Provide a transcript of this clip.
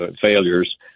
failures